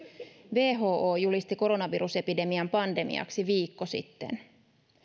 who julisti koronavirusepidemian pandemiaksi viikko sitten